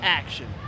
action